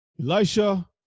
Elisha